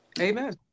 Amen